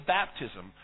baptism